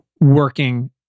working